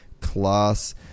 class